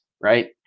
right